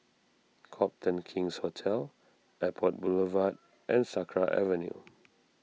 Copthorne King's Hotel Airport Boulevard and Sakra Avenue